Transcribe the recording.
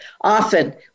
often